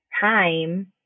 time